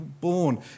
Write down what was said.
born